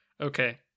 Okay